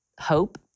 hope